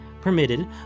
permitted